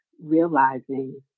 realizing